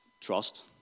trust